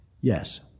Yes